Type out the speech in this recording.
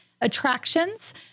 attractions